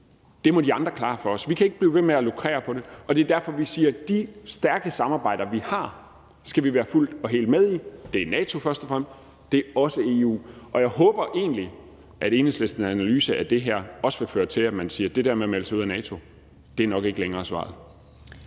det må de andre klare for os. Vi kan ikke blive ved med at lukrere på det. Det er derfor, vi siger, at de stærke samarbejder, vi har, skal vi være fuldt og helt med i. Det er NATO først og fremmest. Det er også EU. Og jeg håber egentlig, at Enhedslistens analyse af det her også vil føre til, at man siger, at det der med at melde sig ud af NATO nok ikke længere er svaret.